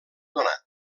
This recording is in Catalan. donat